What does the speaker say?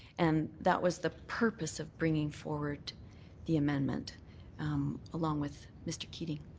and that was the purpose of bringing forward the amendment along with mr. keating.